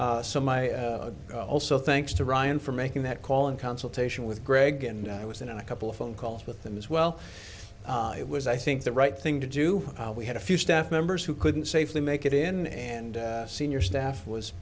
storm so my also thanks to ryan for making that call and consultation with greg and i was in a couple of phone calls with them as well it was i think the right thing to do we had a few staff members who couldn't safely make it in and senior staff was